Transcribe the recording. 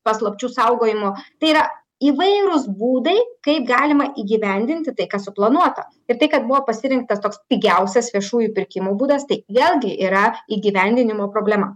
paslapčių saugojimo tai yra įvairūs būdai kaip galima įgyvendinti tai kas suplanuota ir tai kad buvo pasirinktas toks pigiausias viešųjų pirkimų būdas tai vėlgi yra įgyvendinimo problema